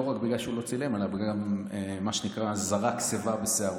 לא רק בגלל שהוא לא צילם אלא גם בגלל מה שנקרא "זרקה שיבה בשערו".